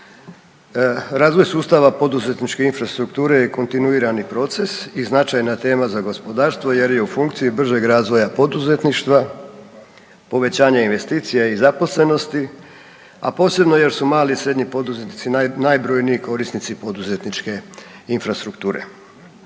Razvoj sustava poduzetničke infrastrukture je kontinuirani proces i značajna tema za gospodarstvo jer je u funkciji bržeg razvoja poduzetništva, povećanje investicija i zaposlenosti, a posebno jer su mali i srednji poduzetnici najbrojniji korisnici poduzetničke infrastrukture.